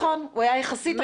נכון, הוא היה יחסית רגוע.